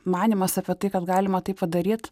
manymas apie tai kad galima tai padaryt